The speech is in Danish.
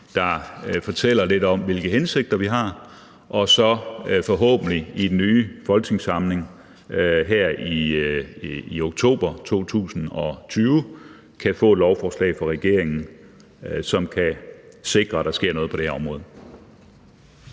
der fortæller lidt om, hvilke hensigter vi har, og så kan vi forhåbentlig i den nye folketingssamling her i oktober 2020 få et lovforslag fra regeringen, som kan sikre, at der sker noget på det her område.